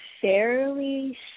fairly